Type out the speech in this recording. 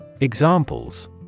Examples